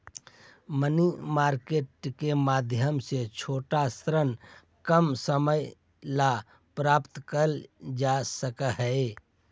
money market के माध्यम से छोटा ऋण कम समय ला प्राप्त कैल जा सकऽ हई